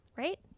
right